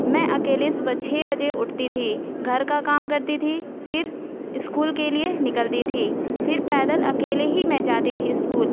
میں اکیلے صبح چھ بجے اٹھتی تھی گھر کا کام کرتی تھی پھر اسکول کے لیے نکلتی تھی پھر پیدل اکیلے ہی میں جاتی تھی اسکول